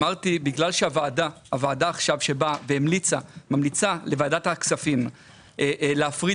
אמרתי שבגלל שהוועדה שבאה עכשיו וממליצה לוועדת הכספים להפריד